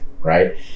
right